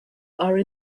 are